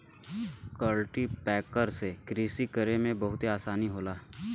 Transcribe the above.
cultipacker से कृषि करे में बहुते आसानी होला